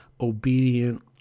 obedient